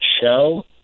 show